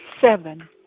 seven